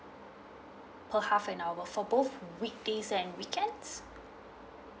per half an hour for both weekdays and weekends